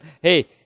hey